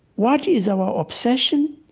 what is um our obsession?